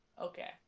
Okay